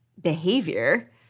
behavior